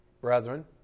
brethren